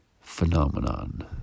phenomenon